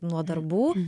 nuo darbų